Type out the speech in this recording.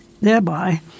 thereby